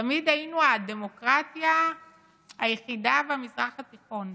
תמיד היינו הדמוקרטיה היחידה במזרח התיכון.